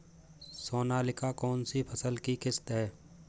सोनालिका कौनसी फसल की किस्म है?